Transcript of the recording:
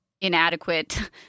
inadequate